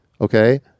okay